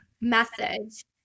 message